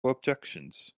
objections